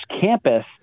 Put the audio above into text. campus